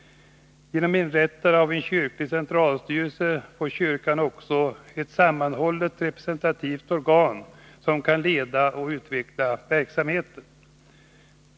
Genom inrättande av en kyrklig centralstyrelse får kyrkan också ett sammanhållet och representativt organ, som kan leda och utveckla verksamheten.